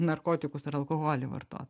narkotikus ar alkoholį vartot